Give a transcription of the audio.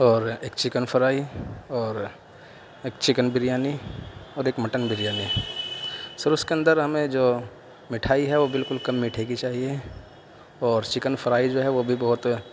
اور ایک chicken fry اور ایک چکن بریانی اور ایک مٹن بریانی سر اس کے اندر ہمیں جو مٹھائی ہے وہ بالکل کم میٹھے کی چاہیے اور چکن فرائی جو ہے وہ بھی بہت